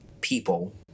people